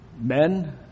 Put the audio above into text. Men